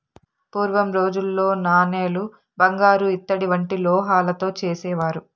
పూర్వం రోజుల్లో నాణేలు బంగారు ఇత్తడి వంటి లోహాలతో చేసేవారు